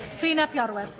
rhun ap iorwerth